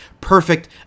perfect